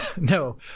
No